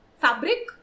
fabric